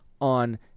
on